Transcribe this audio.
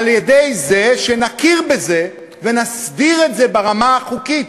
על-ידי זה שנכיר בזה ונסדיר את זה ברמה החוקית.